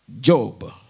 Job